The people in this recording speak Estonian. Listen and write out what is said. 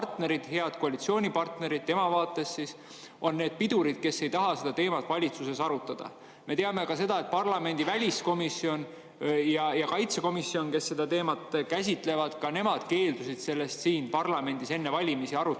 head koalitsioonipartnerid tema vaates siis – on need pidurid, kes ei taha seda teemat valitsuses arutada. Me teame ka seda, et parlamendi väliskomisjon ja [riigi]kaitsekomisjon, kes seda teemat käsitlevad, on keeldunud nendest aruteludest siin parlamendis enne valimisi.